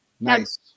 nice